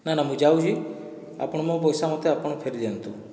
ନା ନା ମୁଇଁ ଯାଉଛି ଆପଣ ମୋ ପଇସା ମୋତେ ଆପଣ ଫେରେଇ ଦିଅନ୍ତୁ